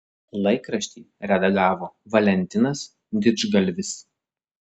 laikraštį redagavo valentinas didžgalvis